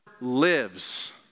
lives